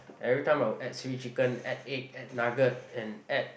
every time I will add seaweed chicken add egg add nugget and add